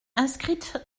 inscrite